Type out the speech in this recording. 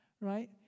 right